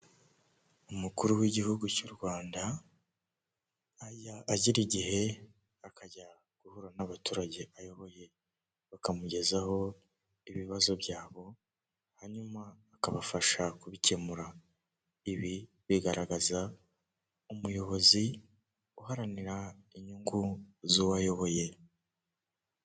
Umuhanda munini hakurya y'umuhanda hari inzu nini icururizwamo ibintu bitandukanye hari icyapa cy'amata n'icyapa gicuruza farumasi n'imiti itandukanye.